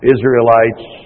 Israelites